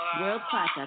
World-class